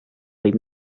võib